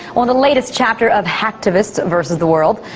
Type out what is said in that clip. on the latest chapter of hacktivists versus the world,